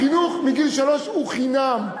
החינוך מגיל שלוש הוא חינם.